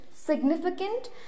significant